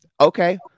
Okay